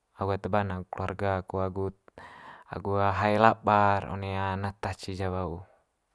Agu ata bana agu keluarga ko agu agu hae labar one natas ce jawa ho.